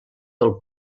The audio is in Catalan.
del